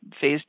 phase